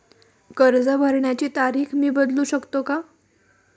कर्ज भरण्याची तारीख मी बदलू शकतो का?